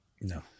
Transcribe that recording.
No